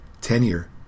Tenure